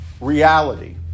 reality